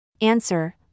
Answer